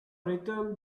returned